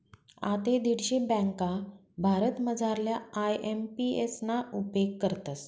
आते दीडशे ब्यांका भारतमझारल्या आय.एम.पी.एस ना उपेग करतस